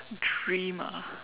dream ah